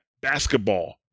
basketball